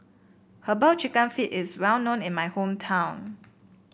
herbal chicken feet is well known in my hometown